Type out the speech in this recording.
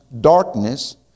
darkness